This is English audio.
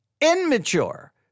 immature